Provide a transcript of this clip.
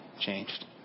changed